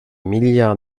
milliards